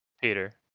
Peter